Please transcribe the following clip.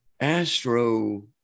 astro